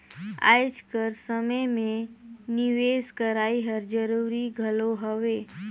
आएज कर समे में निवेस करई हर जरूरी घलो हवे